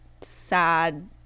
sad